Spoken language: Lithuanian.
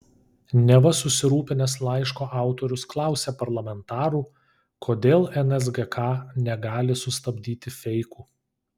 neva susirūpinęs laiško autorius klausė parlamentarų kodėl nsgk negali sustabdyti feikų